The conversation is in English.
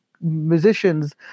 musicians